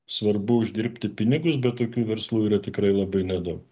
svarbu uždirbti pinigus bet tokių verslų yra tikrai labai nedaug